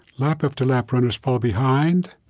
lap after lap, runners fall behind.